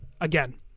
again